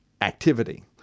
activity